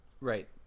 Right